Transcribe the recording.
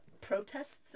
protests